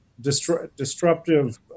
disruptive